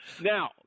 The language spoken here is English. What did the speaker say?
Now